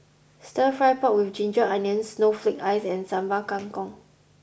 Stir Fry Pork with Ginger Onions Snowflake Ice and Sambal Kangkong